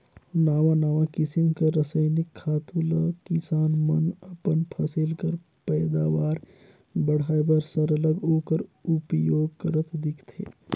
नावा नावा किसिम कर रसइनिक खातू ल किसान मन अपन फसिल कर पएदावार बढ़ाए बर सरलग ओकर उपियोग करत दिखथें